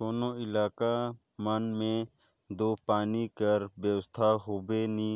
केतनो इलाका मन मे दो पानी कर बेवस्था होबे नी